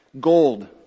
Gold